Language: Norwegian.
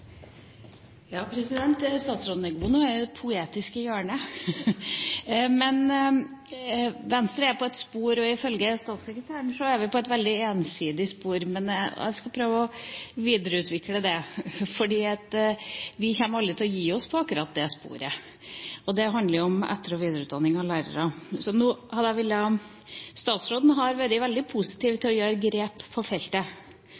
ja! Jeg var veldig disiplinert nå, president. Jeg jobber med saken! Statsråden er god når hun er i det poetiske hjørnet. Venstre er på et spor. Ifølge statssekretæren er vi på et veldig ensidig spor. Jeg skal prøve å videreutvikle det, for vi kommer aldri til å gi oss på akkurat det sporet. Det handler om etter- og videreutdanning av lærere. Statsråden har vært veldig positiv til å gjøre grep på feltet,